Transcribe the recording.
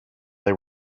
they